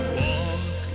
walk